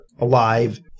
alive